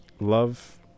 love